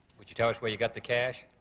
will you tell us where you got the cash?